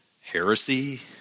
heresy